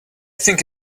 think